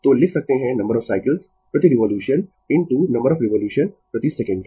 तो लिख सकते है नंबर ऑफ साइकल्स प्रति revolution into number of revolution प्रति सेकंड